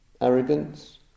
arrogance